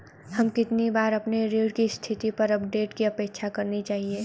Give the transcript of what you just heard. हमें कितनी बार अपने ऋण की स्थिति पर अपडेट की अपेक्षा करनी चाहिए?